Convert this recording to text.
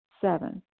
Seven